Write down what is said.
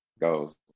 goes